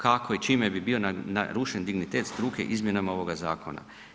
Kako i čime bi bio narušen dignitet struke izmjenama ovoga zakona?